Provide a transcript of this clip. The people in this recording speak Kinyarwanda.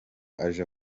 aja